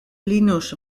linux